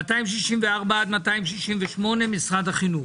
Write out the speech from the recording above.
פניות 264 עד 268 משרד החינוך,